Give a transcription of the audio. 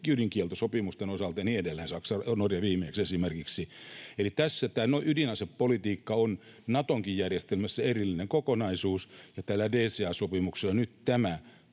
ydinkieltosopimusten osalta ja niin edelleen, Saksa ja viimeksi Norja esimerkiksi. Eli tässä tämä ydinasepolitiikka on Natonkin järjestelmässä erillinen kokonaisuus, ja tällä DCA-sopimuksella nyt tämä